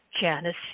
Janice